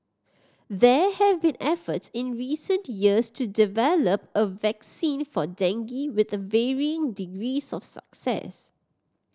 there have been efforts in recent years to develop a vaccine for dengue with varying degrees of success